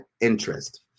interest